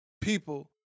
people